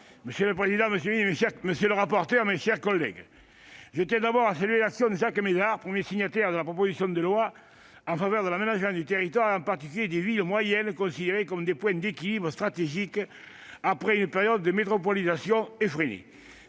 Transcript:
monsieur le secrétaire d'État, monsieur le rapporteur, mes chers collègues, je tiens d'abord à saluer l'action de Jacques Mézard, premier signataire de la proposition de loi, en faveur de l'aménagement du territoire, en particulier des villes moyennes, considérées comme des points d'équilibre stratégiques après une période de métropolisation effrénée.